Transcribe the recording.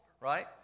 right